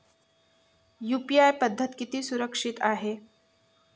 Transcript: UPI पद्धत किती सुरक्षित आहे?